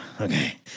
okay